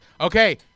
Okay